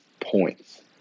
points